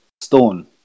stone